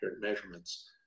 measurements